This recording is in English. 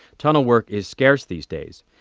tunnel work is scarce these days.